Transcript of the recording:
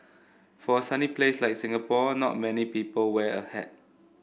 for a sunny place like Singapore not many people wear a hat